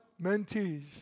mentees